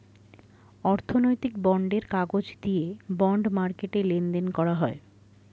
অর্থনৈতিক বন্ডের কাগজ দিয়ে বন্ড মার্কেটে লেনদেন করা হয়